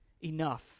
enough